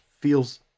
feels